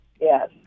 Yes